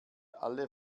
alle